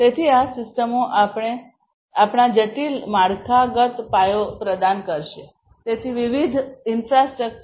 તેથી આ સિસ્ટમો આપણા જટિલ માળખાગત પાયો પ્રદાન કરશે તેથી વિવિધ ઇન્ફ્રાસ્ટ્રક્ચર